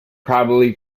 probably